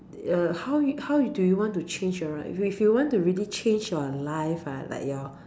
err how how do you want to change your life if you really want to change your life ah like your